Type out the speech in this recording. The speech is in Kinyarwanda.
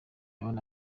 abona